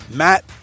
Matt